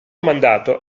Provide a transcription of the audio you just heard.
mandato